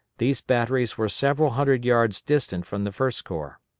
these batteries were several hundred yards distant from the first corps.